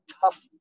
tough